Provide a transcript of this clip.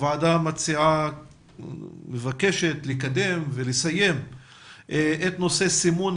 הוועדה מבקשת לקדם ולסיים את נושא סימון